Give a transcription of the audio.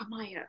amaya